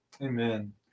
Amen